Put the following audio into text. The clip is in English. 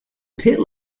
pit